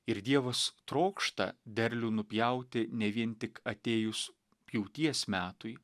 ir dievas trokšta derlių nupjauti ne vien tik atėjus pjūties metui